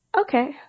Okay